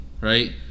right